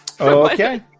Okay